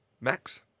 max